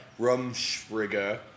Rumspringa